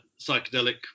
psychedelic